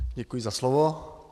Děkuji za slovo.